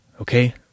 Okay